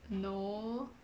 no